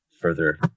further